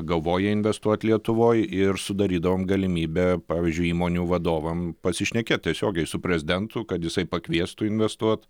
galvoja investuot lietuvoj ir sudarydavom galimybę pavyzdžiui įmonių vadovam pasišnekėt tiesiogiai su prezidentu kad jisai pakviestų investuot